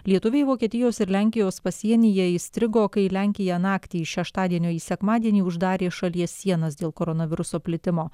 lietuviai vokietijos ir lenkijos pasienyje įstrigo kai lenkija naktį iš šeštadienio į sekmadienį uždarė šalies sienas dėl koronaviruso plitimo